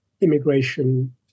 immigration